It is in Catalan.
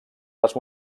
les